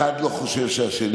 אחד לא חושב שהשני ראוי.